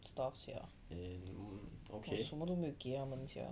stuff sia 我什么都没有给他们 sia